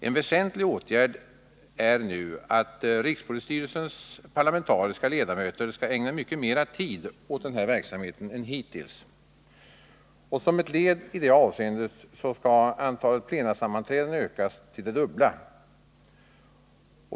En väsentlig åtgärd är att rikspolisstyrelsens parlamentariska ledamöter skall ägna mycket mera tid åt den här verksamheten än hittills. Som ett led i det avseendet skall antalet plenasammanträden ökas till det dubbla.